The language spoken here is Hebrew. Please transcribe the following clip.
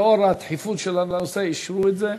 לנוכח הדחיפות של הנושא, אישרו את זה.